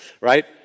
Right